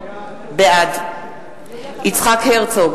בעד יצחק הרצוג,